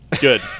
Good